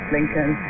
Lincoln